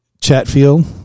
Chatfield